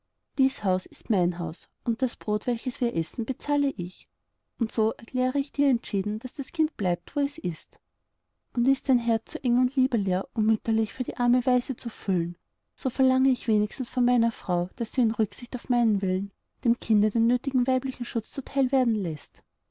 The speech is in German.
dies haus ist mein haus und das brot welches wir essen bezahle ich und so erkläre ich dir entschieden daß das kind bleibt wo es ist und ist dein herz zu eng und liebeleer um mütterlich für die arme waise zu fühlen so verlange ich wenigstens von meiner frau daß sie in rücksicht auf meinen willen dem kinde den nötigen weiblichen schutz zu teil werden läßt